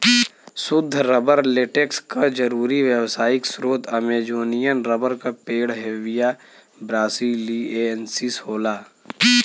सुद्ध rubber latex क जरुरी व्यावसायिक स्रोत अमेजोनियन रबर क पेड़ हेविया ब्रासिलिएन्सिस होला